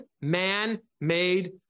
man-made